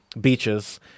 beaches